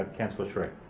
ah councillor sri.